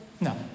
No